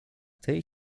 tej